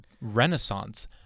renaissance